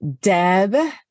Deb